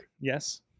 Yes